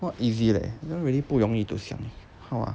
not easy leh don't really 不容易 to 想 how ah